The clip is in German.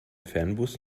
fernbus